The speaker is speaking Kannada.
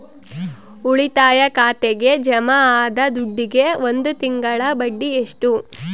ಉಳಿತಾಯ ಖಾತೆಗೆ ಜಮಾ ಆದ ದುಡ್ಡಿಗೆ ಒಂದು ತಿಂಗಳ ಬಡ್ಡಿ ಎಷ್ಟು?